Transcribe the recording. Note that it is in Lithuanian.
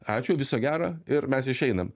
ačiū viso gero ir mes išeinam